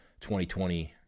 2020